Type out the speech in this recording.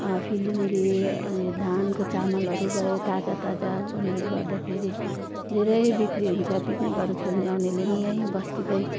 फिलिङ्गे धानको चामलहरू भयो ताजाताजा उनारले गर्दाखेरि धेरै बिक्री हुन्छ पिकनिकहरू खेल्न आउने पनि यहीँ बस्तीकै